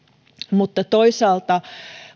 mutta toisaalta